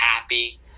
happy